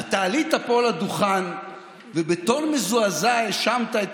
אתה עלית פה לדוכן ובטון מזועזע האשמת את